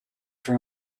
for